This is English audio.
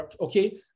Okay